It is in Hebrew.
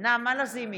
נעמה לזימי,